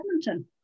Edmonton